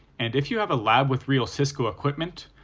and if you have a lab with real cisco equipment,